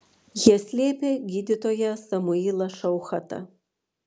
jie slėpė gydytoją samuilą šauchatą